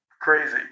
crazy